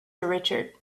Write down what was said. richard